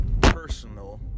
personal